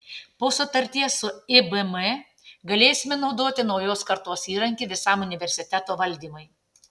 po sutarties su ibm galėsime naudoti naujos kartos įrankį visam universiteto valdymui